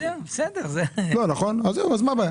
לא, נכון, אז זהו, אז מה הבעיה?